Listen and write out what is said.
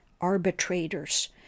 arbitrators